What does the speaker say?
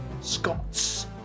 scots